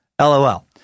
LOL